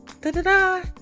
da-da-da